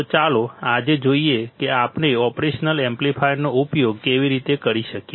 તો ચાલો આજે જોઈએ કે આપણે ઓપરેશનલ એમ્પ્લીફાયરનો ઉપયોગ કેવી રીતે કરી શકીએ